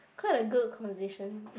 quite a good conversation